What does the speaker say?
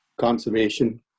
conservation